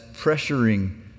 pressuring